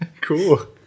Cool